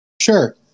Sure